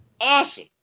awesome